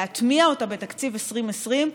להטמיע אותה בתקציב 2020,